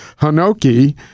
hanoki